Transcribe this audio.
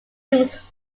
rooms